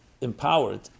empowered